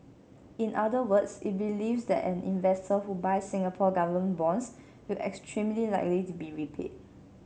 in other words it believes that an investor who buys Singapore Government bonds will extremely likely be repaid